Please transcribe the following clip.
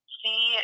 see